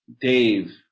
Dave